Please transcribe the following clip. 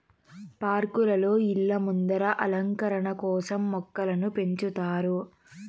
పార్కులలో, ఇళ్ళ ముందర అలంకరణ కోసం మొక్కలను పెంచుతారు